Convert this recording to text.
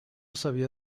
sabía